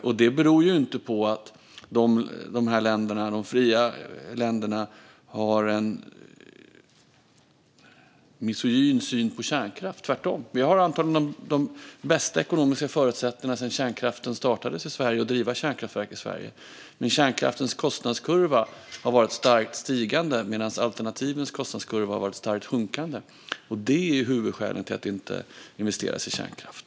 Och det beror inte på att de fria länderna har en negativ syn på kärnkraft, tvärtom. Vi har antagligen de bästa ekonomiska förutsättningarna sedan kärnkraften startades i Sverige att driva kärnkraftverk i Sverige. Men kärnkraftens kostnadskurva har varit starkt stigande, medan alternativens kostnadskurva har varit starkt sjunkande. Det är huvudskälet till att det inte investeras i kärnkraft.